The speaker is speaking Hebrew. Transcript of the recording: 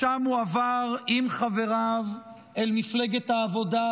משם הוא עבר עם חבריו אל מפלגת העבודה,